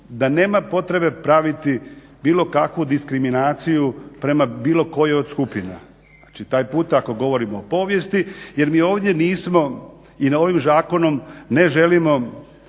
da nema potrebe praviti bilo kakvu diskriminaciju prema bilo kojoj od skupina. Znači taj put ako govorimo o povijesti jer mi ovdje nismo i ovim zakonom ne želimo